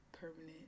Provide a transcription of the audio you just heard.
permanent